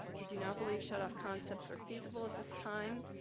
we do not believe shut-off concepts are feasible at this time.